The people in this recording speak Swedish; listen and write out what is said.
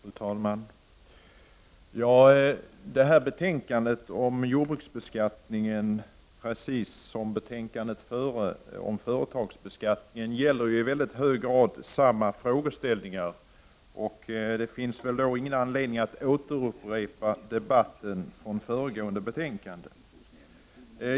Fru talman! Detta betänkande om jordbruksbeskattning och det förra betänkande vi behandlade gäller ju i mycket hög grad samma frågeställningar. Därför finns det inte någon anledning att återupprepa diskussionen från föregående betänkande.